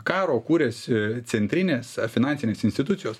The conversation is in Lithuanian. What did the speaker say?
karo kūrėsi centrinės finansinės institucijos